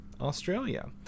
Australia